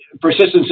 persistence